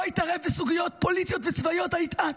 יתערב בסוגיות פוליטיות וצבאיות היית את,